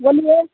बोलिए